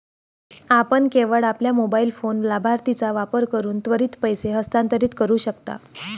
आपण केवळ आपल्या मोबाइल फोन लाभार्थीचा वापर करून त्वरित पैसे हस्तांतरित करू शकता